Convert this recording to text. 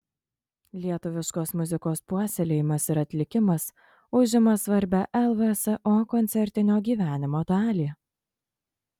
lietuviškos muzikos puoselėjimas ir atlikimas užima svarbią lvso koncertinio gyvenimo dalį